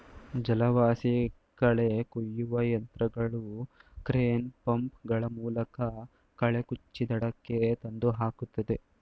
ಜಲವಾಸಿ ಕಳೆ ಕುಯ್ಯುವ ಯಂತ್ರಗಳು ಕ್ರೇನ್, ಪಂಪ್ ಗಳ ಮೂಲಕ ಕಳೆ ಕುಚ್ಚಿ ದಡಕ್ಕೆ ತಂದು ಹಾಕುತ್ತದೆ